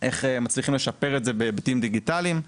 איך מצליחים לשפר את זה בהיבטים דיגיטליים.